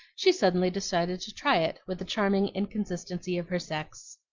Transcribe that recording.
she suddenly decided to try it with the charming inconsistency of her sex.